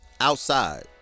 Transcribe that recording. outside